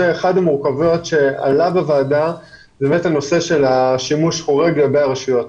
אחד המורכבות שעלה בוועדה הוא הנושא של השימוש החורג לגבי הרשויות.